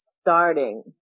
starting